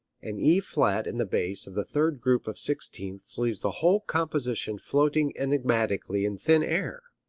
an e flat in the bass of the third group of sixteenths leaves the whole composition floating enigmatically in thin air.